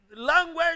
language